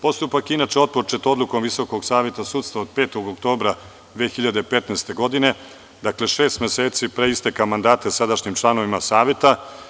Postupak je inače otpočet odlukom VSS od 5. oktobra 2015. godine, dakle, šest meseci pre isteka mandata sadašnjim članovima Saveta.